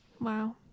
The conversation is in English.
Wow